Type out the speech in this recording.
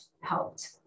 helped